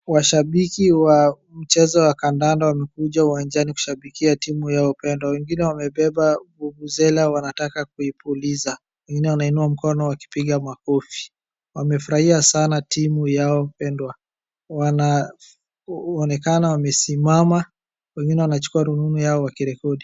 washabiki wa mchezo wa kandanda wamekuja uwanjani kushabikia timu yao mpedwa , wengine wamebeba vuvuzela wanataka kuipuliza ,wengine wanainua mkono wakipiga makofi wamefurahia sana timu yao mpendwa wanaonekana wamesimama wengine wanachukua rununu yao wakirekodi